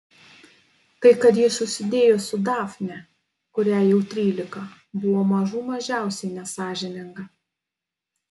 tai kad ji susidėjo su dafne kuriai jau trylika buvo mažų mažiausiai nesąžininga